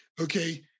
okay